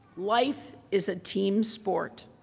life is a team sport.